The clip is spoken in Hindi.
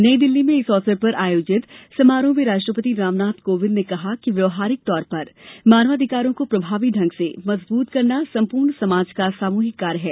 नई दिल्ली में इस अवसर पर आयोजित समारोह में राष्ट्रपति रामनाथ कोविंद ने कहा कि व्यावहारिक तौर पर मानवाधिकारों को प्रभावी ढंग से मजबूत करना संपूर्ण समाज का सामूहिक कार्य है